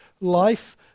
life